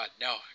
no